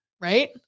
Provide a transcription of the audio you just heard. right